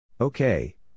Okay